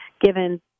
given